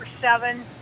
seven